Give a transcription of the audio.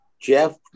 Jeff